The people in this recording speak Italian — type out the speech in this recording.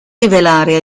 rivelare